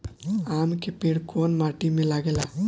आम के पेड़ कोउन माटी में लागे ला?